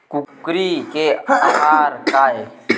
कुकरी के आहार काय?